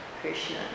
Krishna